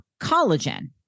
collagen